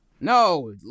no